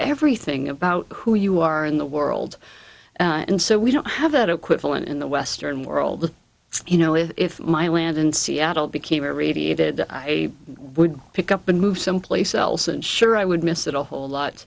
everything about who you are in the world and so we don't have that equivalent in the western world you know if my land in seattle became everyday that i would pick up and move someplace else and sure i would miss it a whole lot